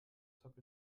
zob